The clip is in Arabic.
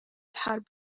الحرب